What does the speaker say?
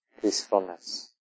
peacefulness